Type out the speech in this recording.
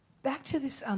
back to this